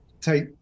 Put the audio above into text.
take